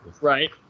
Right